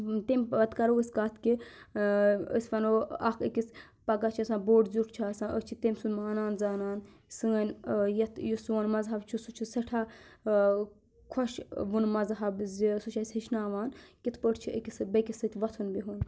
تَمہِ پَتہٕ کَرو أسۍ کَتھ کہِ أسۍ وَنو اَکھ أکِس پَگاہ چھِ آسان بوٚڑ زیُٹھ چھُ آسان أسۍ چھِ تٔمۍ سُنٛد مانان زانان سٲنۍ یَتھ یہِ سون مَذہَب چھُ سُہ چھُ سٮ۪ٹھاہ خۄش وُن مَذہَب زِ سُہ چھُ اَسہِ ہیٚچھناوان کِتھ پٲٹھۍ چھِ أکِس سۭتۍ بیٚیہِ کِس سۭتۍ وۄتھُن بِہُن